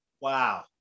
Wow